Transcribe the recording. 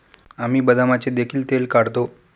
आम्ही बदामाचे देखील तेल काढतो